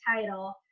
title